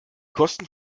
kosten